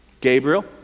Gabriel